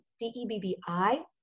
D-E-B-B-I